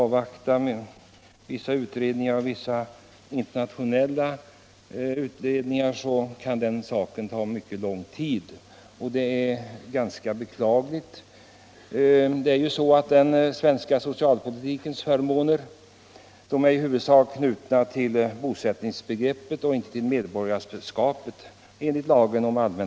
Om vi skall avvakta utredningar och internationella överenskommelser kan en lösning ta mycket lång tid, vilket är beklagligt. Den svenska socialpolitikens förmåner enligt lagen om allmän försäkring är i huvudsak knutna till bosättningsbegreppet och inte till medborgarskapet.